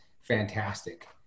fantastic